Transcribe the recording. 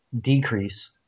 decrease